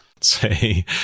Say